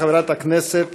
חברת הכנסת